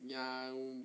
ya um